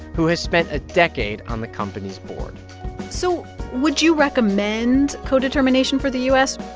who has spent a decade on the company's board so would you recommend co-determination for the u s?